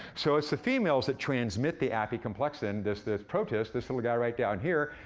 so it's the females that transmit the apicomplexan, this this protist, this little guy right down here.